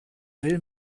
will